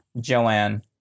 Joanne